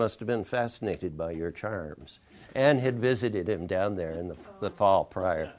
must have been fascinated by your charms and had visited him down there in the fall prior